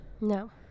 No